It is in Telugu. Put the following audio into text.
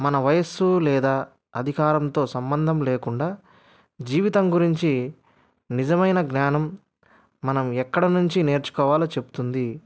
మన వయస్సు లేదా అధికారంతో సంబంధం లేకుండా జీవితం గురించి నిజమైన జ్ఞానం మనం ఎక్కడ నుంచి నేర్చుకోవాలో చెప్తుంది